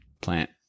plant